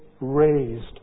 raised